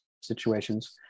situations